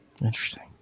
Interesting